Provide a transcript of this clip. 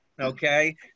Okay